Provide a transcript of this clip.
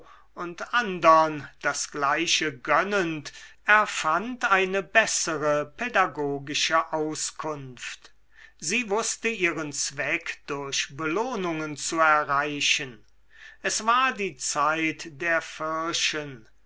und andern das gleiche gönnend erfand eine bessere pädagogische auskunft sie wußte ihren zweck durch belohnungen zu erreichen es war die zeit der pfirschen